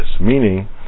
meaning